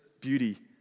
beauty